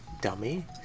dummy